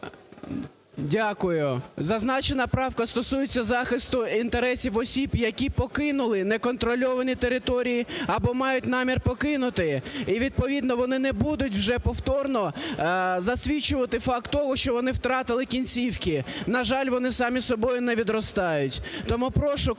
Дякую. Зазначена правка стосується захисту інтересів осіб, які покинули неконтрольовані території або мають намір покинути. І відповідно вони не будуть вже повторно засвідчувати факт того, що вони втратили кінцівки, на жаль, вони самі собою не відростають. Тому прошу колег